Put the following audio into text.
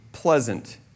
pleasant